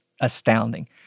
astounding